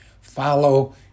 Follow